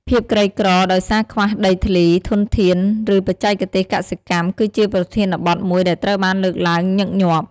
ភាពក្រីក្រ ដោយសារខ្វះដីធ្លី ធនធាន ឬបច្ចេកទេសកសិកម្ម គឺជាប្រធានបទមួយដែលត្រូវបានលើកឡើងញឹកញាប់។